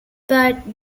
but